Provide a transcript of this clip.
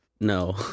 No